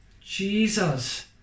Jesus